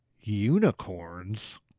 unicorns